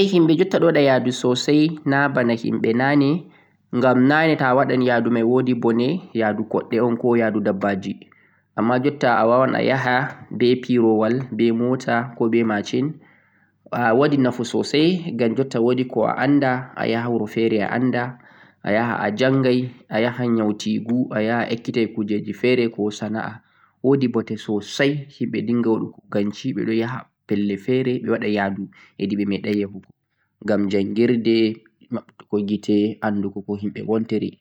Himɓe jutta ɗonwaɗa yadu sosai na bana himɓe naane ngam naane ta'awaɗan yadu mai wodi bone ngam yadu kuɗɗe'on koh be ndabbaji amma jutta awawan a haya be pirowal, be mota koh be machine. Wodi nafu sosai ngam wodi ko a'anda ayaha wuro fere a'anda, a janga, ayaha nyautigu, ayaha a'ekkita kugal koh sana'a. wodi bote sosai ayaha ha'ameɗai yahugo.